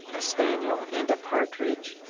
a spaniel and a partridge,